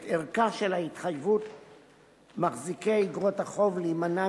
את ערכה של התחייבות מחזיקי איגרות החוב להימנע